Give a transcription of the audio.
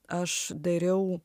aš dariau